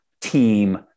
team